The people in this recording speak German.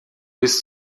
bis